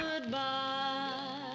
Goodbye